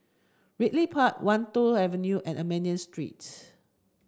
Ridley Park Wan Tho Avenue and Armenian Streets